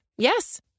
Yes